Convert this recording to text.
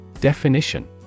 Definition